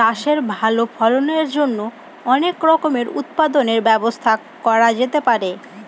চাষের ভালো ফলনের জন্য অনেক রকমের উৎপাদনের ব্যবস্থা করা যেতে পারে